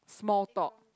small talk